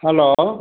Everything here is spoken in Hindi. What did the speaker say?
हलो